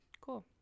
Cool